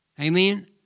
Amen